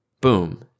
Boom